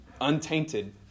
untainted